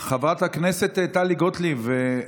חברת הכנסת טלי גוטליב.